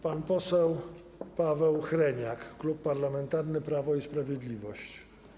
Pan poseł Paweł Hreniak, Klub Parlamentarny Prawo i Sprawiedliwość.